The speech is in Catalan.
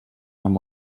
amb